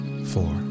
four